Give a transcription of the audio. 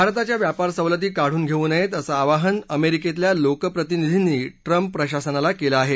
भारताच्या व्यापार सवलती काढून घेऊ नये असं आवाहन अमेरिकेतल्या लोकप्रतिनिधींनी ट्रंप प्रशासनाला केलं आहे